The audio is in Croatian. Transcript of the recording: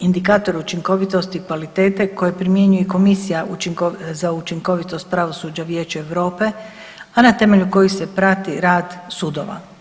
indikator učinkovitosti kvalitete koje primjenjuje i Komisija za učinkovitost pravosuđa Vijeća Europe, a na temelju kojih se prati rad sudova.